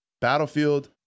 Battlefield